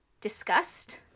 discussed